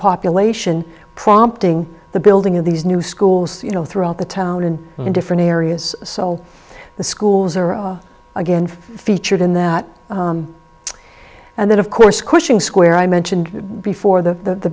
population prompting the building of these new schools you know throughout the town and in different areas so the schools are again featured in that and that of course squishing square i mentioned before the